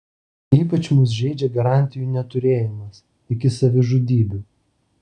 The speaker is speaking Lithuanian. ypač mus žeidžia garantijų neturėjimas iki savižudybių